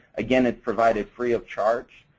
again, it's provided free of charge.